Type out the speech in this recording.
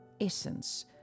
essence